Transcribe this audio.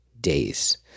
days